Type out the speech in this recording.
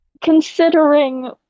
considering